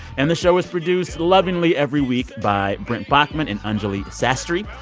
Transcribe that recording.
and the show is produced lovingly every week by brent baughman and anjuli sastry.